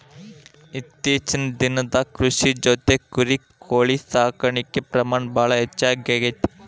ಇತ್ತೇಚಿನ ದಿನದಾಗ ಕೃಷಿ ಜೊತಿ ಕುರಿ, ಕೋಳಿ ಸಾಕಾಣಿಕೆ ಪ್ರಮಾಣ ಭಾಳ ಹೆಚಗಿ ಆಗೆತಿ